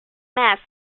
mass